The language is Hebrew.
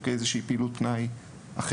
או כאיזו שהיא פעילות פנאי אחרת.